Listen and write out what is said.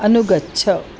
अनुगच्छ